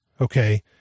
Okay